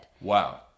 Wow